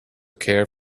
care